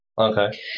Okay